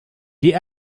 die